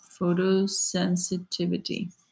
photosensitivity